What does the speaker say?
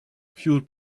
fueled